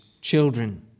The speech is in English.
children